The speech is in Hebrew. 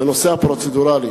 לנושא הפרוצדורלי,